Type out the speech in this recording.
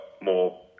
more